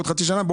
בעוד חצי שנה,